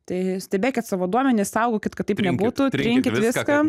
tai stebėkit savo duomenis saugokit kad taip nebūtų trinkit viską